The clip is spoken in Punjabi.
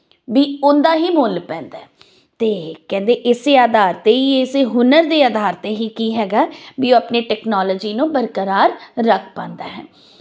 ਵੀ ਉਦਾ ਹੀ ਮੁੱਲ ਪੈਂਦਾ ਤੇ ਕਹਿੰਦੇ ਇਸੇ ਆਧਾਰ ਤੇ ਹੀ ਇਸੇ ਹੁਨਰ ਦੇ ਆਧਾਰ ਤੇ ਹੀ ਕੀ ਹੈਗਾ ਵੀ ਉਹ ਆਪਣੇ ਟੈਕਨੋਲੋਜੀ ਨੂੰ ਬਰਕਰਾਰ ਰੱਖ ਪਾਂਦਾ ਹੈ